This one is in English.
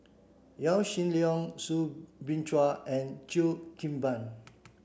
Yaw Shin Leong Soo Bin Chua and Cheo Kim Ban